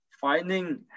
finding